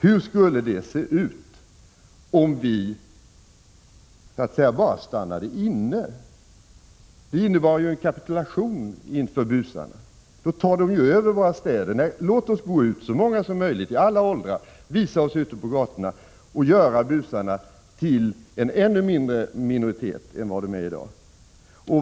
Hur skulle det se ut om vi bara stannade inne? Det skulle ju innebära en kapitulation inför busarna. Då skulle de ta över våra städer. Nej, låt oss gå ut, så många som möjligt, i alla åldrar. Låt oss visa oss ute på gatorna och göra busarna till en ännu mindre minoritet än vad de är i dag.